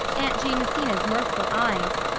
aunt jamesina's mirthful eyes,